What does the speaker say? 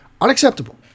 unacceptable